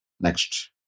Next